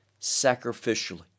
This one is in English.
sacrificially